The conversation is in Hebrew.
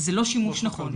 וזה לא שימוש נכון.